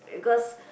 because